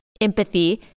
empathy